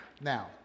Now